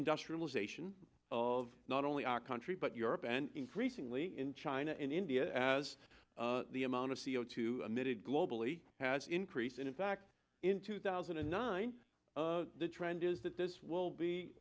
industrialization of not only our country but europe and increasingly in china and india as the amount of c o two emitted globally has increased and in fact in two thousand and nine the trend is that this will be